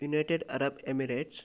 United Arab Emirates